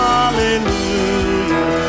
Hallelujah